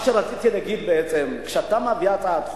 מה שרציתי להגיד בעצם, כשאתה מביא הצעת חוק,